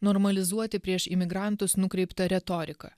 normalizuoti prieš imigrantus nukreiptą retoriką